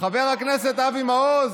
חבר הכנסת אבי מעוז,